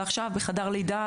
לא בחדר לידה.